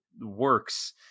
works